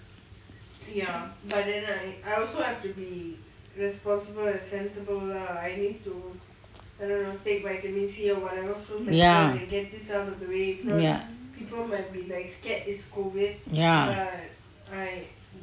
ya ya ya